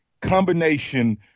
combination